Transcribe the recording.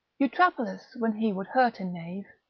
eutrapilus when he would hurt a knave,